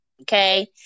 okay